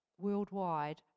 worldwide